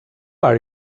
are